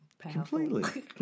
Completely